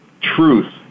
truth